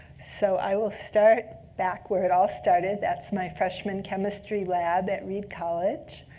so i will start back where it all started. that's my freshman chemistry lab at reed college.